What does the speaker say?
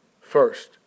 First